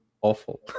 awful